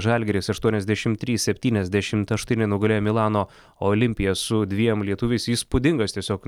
žalgiris aštuoniasdešimt trys septyniasdešimt aštuoni nugalėjo milano olimpiją su dviem lietuviais įspūdingas tiesiog